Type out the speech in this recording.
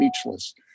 speechless